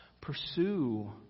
pursue